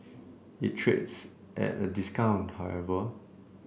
it trades at a discount however